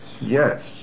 Yes